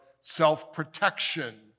self-protection